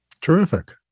Terrific